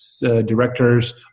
directors